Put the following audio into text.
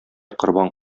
корбан